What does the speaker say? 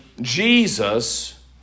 Jesus